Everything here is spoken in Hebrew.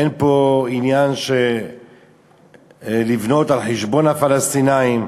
אין פה עניין של לבנות על חשבון הפלסטינים.